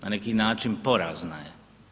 Na neki način porazna je.